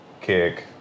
kick